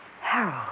Harold